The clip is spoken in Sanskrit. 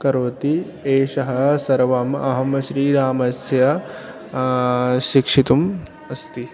करोति एषः सर्वम् अहं श्रीरामस्य शिक्षितुम् अस्ति